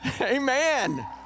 Amen